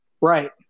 Right